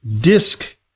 disc